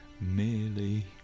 merely